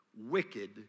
wicked